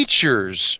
teachers